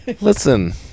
Listen